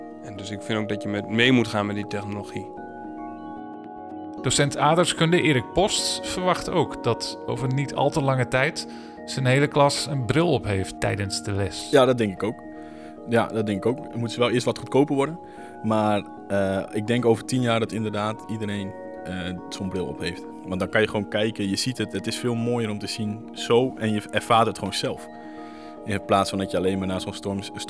En dus ik vind ook dat je met- mee moet gaan met die technologie. Docent aardrijkskunde Erik Post verwacht ook dat over niet al te lange tijd zijn hele klas een bril op heeft tijdens de les. Ja, dat denk ik ook. Ja, dat denk ik ook. Er moet wel eerst wat goedkoper worden. Maar, eh, ik denk over 10 jaar dat inderdaad iedereen, eh, zo'n bril op heeft. Want dan kan je gewoon kijken, je ziet het, het is veel mooier om te zien zo en je ervaart het gewoon zelf. In plaats van dat je alleen maar naar zo'n stom-